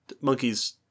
monkeys